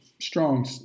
strong